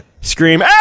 scream